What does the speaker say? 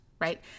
right